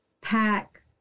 pack